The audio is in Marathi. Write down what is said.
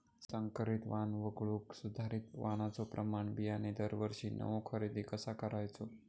संकरित वाण वगळुक सुधारित वाणाचो प्रमाण बियाणे दरवर्षीक नवो खरेदी कसा करायचो?